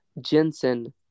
Jensen